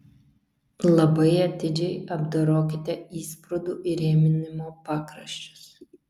labai atidžiai apdorokite įsprūdų įrėminimo pakraščius